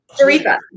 Sharifa